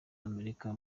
amerika